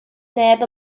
neb